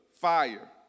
fire